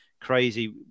crazy